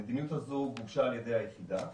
המדיניות הזאת גובשה על-ידי היחידה